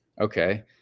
okay